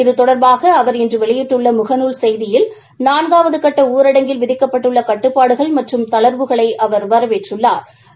இது தொடர்பாக அவர் இன்ற வெளியிட்டுள்ள முகநூல் செய்தியில் நான்காவது கட்ட ஊரடங்கில் விதிக்கப்பட்டுள்ள கட்டுப்பாடுகள் மற்றும் தளா்வுகளை அவா் வரவேற்றுள்ளாா்